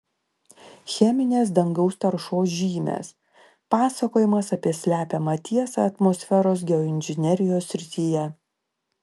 cheminės dangaus taršos žymės pasakojimas apie slepiamą tiesą atmosferos geoinžinerijos srityje